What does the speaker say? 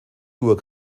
dur